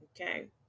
Okay